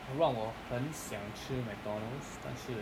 让我很想吃 McDonald's 但是